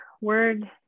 word